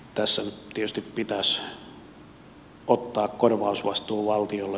tässä nyt tietysti pitäisi ottaa korvausvastuu valtiolle